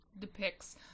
depicts